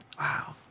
wow